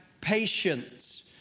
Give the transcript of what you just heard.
patience